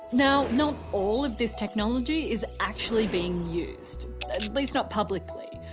now, not all of this technology is actually being used. at least not publicly.